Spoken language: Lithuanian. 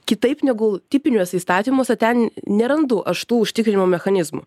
kitaip negu tipiniuose įstatymuose ten nerandu aš tų užtikrinimo mechanizmų